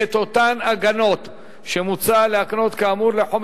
את אותן הגנות שמוצע להקנות כאמור לחומר